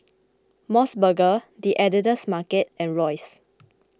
Mos Burger the Editor's Market and Royce